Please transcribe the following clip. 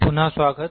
पुनः स्वागत